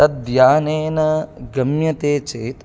तद्यानेन गम्यते चेत्